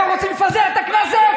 אתם רוצים לפזר את הכנסת?